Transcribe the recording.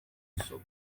isoko